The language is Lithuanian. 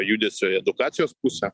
judesio į edukacijos pusę